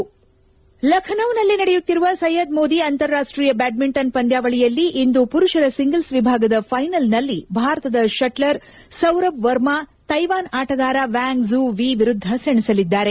Fred ಲಖನೌಸಲ್ಲಿ ನಡೆಯುತ್ತಿರುವ ಸೈಯ್ನದ್ ಮೋದಿ ಅಂತಾರಾಷ್ಷೀಯ ಬ್ನಾಡ್ಡಿಂಟನ್ ಪಂದ್ವಾವಳಿಯಲ್ಲಿ ಇಂದು ಪುರುಷರ ಸಿಂಗಲ್ಲ್ ವಿಭಾಗದ ಫ್ಲೆನಲ್ನಲ್ಲಿ ಭಾರತದ ಶಟ್ಲರ್ ಸೌರಭ್ ವರ್ಮಾ ತೈವಾನ್ ಆಟಗಾರ ವ್ಲಾಂಗ್ ಝು ವೀ ವಿರುದ್ವ ಸೆಣಸಲಿದ್ದಾರೆ